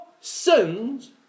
sins